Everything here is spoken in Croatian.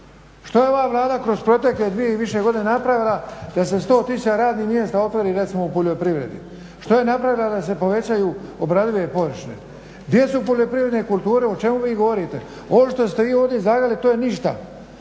Što je ova Vlada kroz protekle dvije i više godina napravila da se 100 000 radnih mjesta otvori recimo u poljoprivredi? Što je napravila da se povećaju obradive površine? Gdje su poljoprivredne kulture? O čemu vi govorite? Ovo što ste vi ovdje …/Govornik